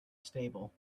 stable